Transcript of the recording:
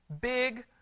big